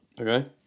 Okay